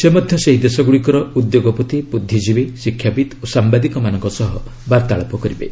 ସେ ମଧ୍ୟ ସେହି ଦେଶଗୁଡ଼ିକର ଉଦ୍ୟୋଗପତି ବୁଦ୍ଧିଜୀବୀ ଶିକ୍ଷାବିତ୍ ଓ ସାମ୍ଭାଦିକମାନଙ୍କ ସହ ବାର୍ତ୍ତାଳାପ କରିବେ